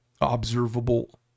observable